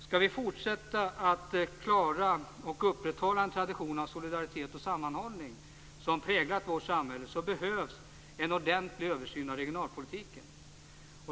Skall vi fortsätta att klara och upprätthålla en tradition av solidaritet och sammanhållning som präglat vårt samhälle behövs en ordentlig översyn av regionalpolitiken.